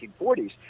1940s